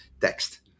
text